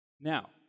Now